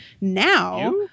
now